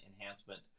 Enhancement